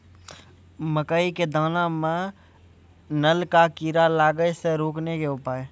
मकई के दाना मां नल का कीड़ा लागे से रोकने के उपाय?